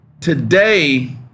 Today